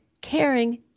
caring